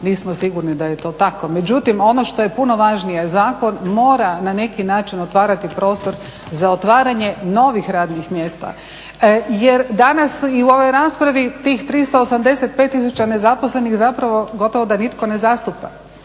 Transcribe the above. nismo sigurni da je to tako. Međutim ono što je puno važnije, zakon mora na neki način otvarati prostor za otvaranje novih radnih mjesta jer danas i u ovoj raspravi tih 385 tisuća nezaposlenih gotovo da nitko ne zastupa.